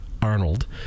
Arnold